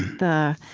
the